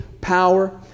power